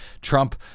Trump